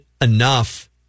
enough